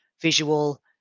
visual